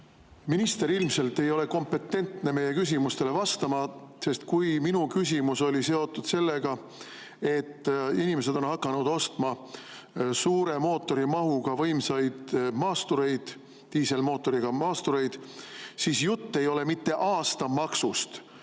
minister ilmselt ei ole kompetentne meie küsimustele vastama. Minu küsimus oli seotud sellega, et inimesed on hakanud ostma suure mootorimahuga võimsaid maastureid, diiselmootoriga maastureid, [mitte seepärast, et]